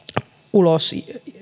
ulos